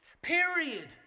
period